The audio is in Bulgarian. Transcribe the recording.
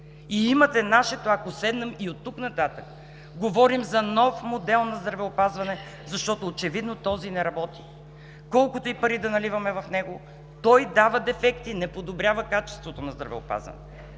и имате нашето. От тук нататък говорим за нов модел на здравеопазване, защото очевидно този не работи. Колкото и пари да наливаме в него, той дава дефекти, не подобрява качеството на здравеопазването.